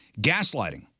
Gaslighting